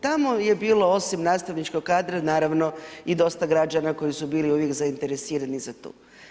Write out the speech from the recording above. Tamo je bilo osim nastavničkog kadra naravno i dosta građana koji su bili uvijek zainteresirani za to.